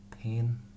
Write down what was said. Pain